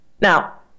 now